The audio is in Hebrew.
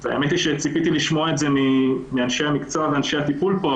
ציפיתי לשמוע את זה מאנשי המקצוע ואנשי הטיפול פה,